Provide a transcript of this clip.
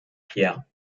pierre